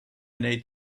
need